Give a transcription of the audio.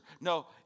no